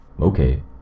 Okay